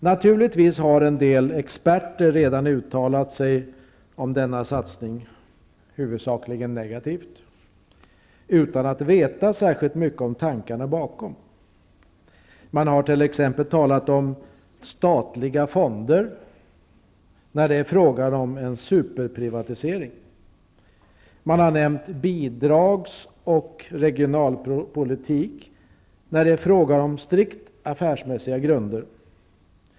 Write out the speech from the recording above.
Naturligtvis har en del experter redan uttalat sig om denna satsning -- huvudsakligen negativt -- utan att veta särskilt mycket om tankarna bakom. Man har t.ex. talat om statliga fonder, när det är fråga om en superprivatisering. Man har nämnt bidrags och regionalpolitik, när det är fråga om strikt affärsmässiga grunder.